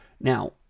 Now